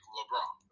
LeBron